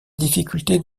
difficultés